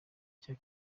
cya